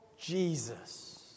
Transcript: Jesus